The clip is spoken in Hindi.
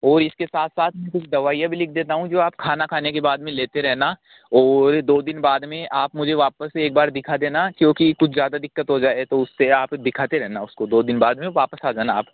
और इसके साथ साथ कुछ दवाइयाँ भी लिख देता हूँ जो आप खाना खाने के बाद में लेते रहना और दो दिन बाद में आप मुझे वापस से एक बार दिखा देना क्योंकि कुछ ज़्यादा दिक्कत हो जाए तो उसे आप दिखाते रहना उसको दो दिन बाद में वापस आ जाना आप